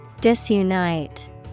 Disunite